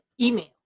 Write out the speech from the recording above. email